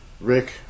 Rick